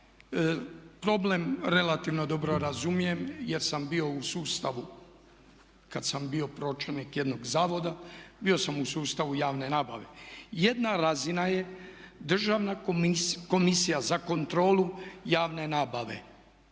Problem relativno dobro razumijem jer sam bio u sustavu kad sam bio pročelnik jednog zavoda bio sam u sustavu javne nabave. Jedna razina je Državna komisija za kontrolu javne nabave.